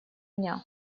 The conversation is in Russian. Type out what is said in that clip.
дня